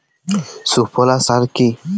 সুফলা সার কি?